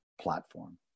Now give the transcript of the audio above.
platform